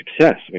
success